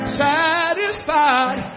satisfied